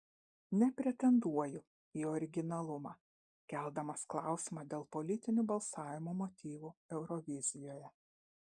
nepretenduoju į originalumą keldamas klausimą dėl politinių balsavimo motyvų eurovizijoje